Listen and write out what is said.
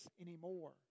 anymore